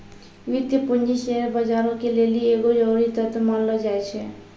वित्तीय पूंजी शेयर बजारो के लेली एगो जरुरी तत्व मानलो जाय छै